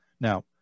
Now